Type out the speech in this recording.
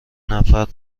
نفر